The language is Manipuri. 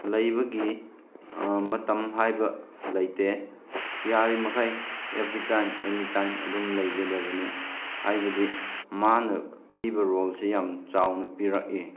ꯂꯩꯕꯒꯤ ꯃꯇꯝ ꯍꯥꯏꯕ ꯂꯩꯇꯦ ꯌꯥꯔꯤꯃꯈꯩ ꯑꯦꯕ꯭ꯔꯤ ꯇꯥꯏꯝ ꯑꯦꯅꯤ ꯇꯥꯏꯝ ꯑꯗꯨꯝ ꯂꯩꯒꯗꯕꯅꯤ ꯍꯥꯏꯕꯗꯤ ꯃꯥꯅ ꯄꯤꯕ ꯔꯣꯜꯁꯤ ꯌꯥꯝ ꯆꯥꯎꯅ ꯄꯤꯔꯛꯏ